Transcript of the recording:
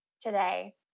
today